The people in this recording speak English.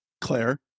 claire